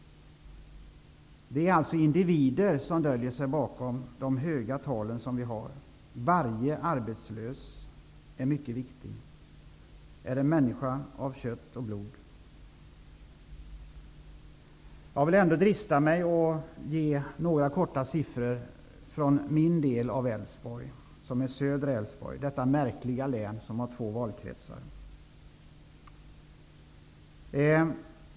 Det är alltså individer som döljer sig bakom de höga arbetslöshetstalen. Varje arbetslös är mycket viktig. Det är en människa av kött och blod. Jag vill ändå drista mig till att ge några siffror från min del av Älvsborg -- södra Älvsborg. Det är ett märkligt län som har två valkretsar.